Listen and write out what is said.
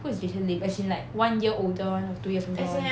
who is jason lim as in like one year older [one] or two years older [one]